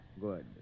Good